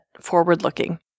forward-looking